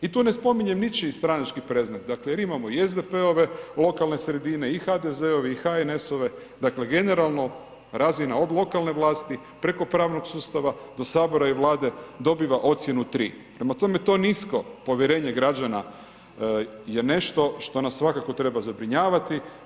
I tu ne spominjem ničiji stranački predznak dakle jer imamo i SDP-ove lokalne sredine i HDZ-ove i HNS-ove, dakle generalno razina od lokalne vlasti, preko pravnog sustava, do Sabora i Vlade dobiva ocjenu 3. Prema tome to nisko povjerenje građana je nešto što nas svakako treba zabrinjavati.